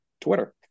Twitter